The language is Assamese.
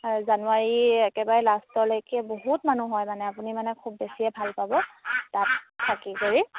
জানুৱাৰী একেবাৰে লাষ্টলৈকে বহুত মানুহ হয় মানে আপুনি মানে খুব বেছিয়ে ভাল পাব তাত থাকি কৰি